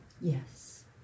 Yes